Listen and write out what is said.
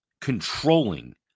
controlling